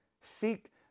Seek